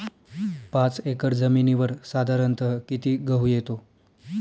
पाच एकर जमिनीवर साधारणत: किती गहू येतो?